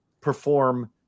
perform